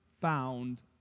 found